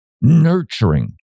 nurturing